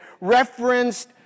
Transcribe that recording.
referenced